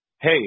hey